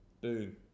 Boom